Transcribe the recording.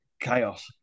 chaos